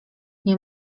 nie